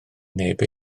neb